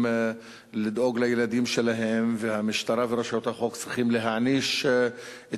לדאוג לילדים שלהם והמשטרה ורשויות החוק צריכות להעניש את